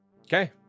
okay